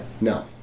No